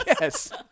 Yes